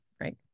right